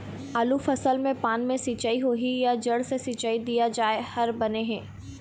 आलू फसल मे पान से सिचाई होही या जड़ से सिचाई दिया जाय हर बने हे?